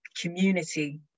community